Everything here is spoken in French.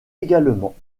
également